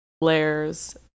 layers